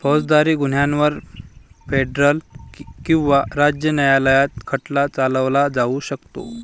फौजदारी गुन्ह्यांवर फेडरल किंवा राज्य न्यायालयात खटला चालवला जाऊ शकतो